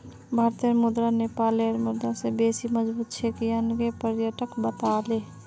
भारतेर मुद्रा नेपालेर मुद्रा स बेसी मजबूत छेक यन न पर्यटक ला बताले